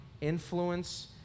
influence